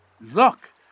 Look